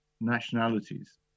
nationalities